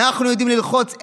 אנחנו יודעים ללחוץ.